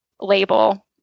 label